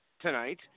tonight